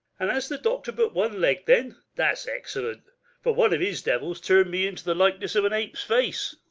and has the doctor but one leg, then? that's excellent for one of his devils turned me into the likeness of an ape's face.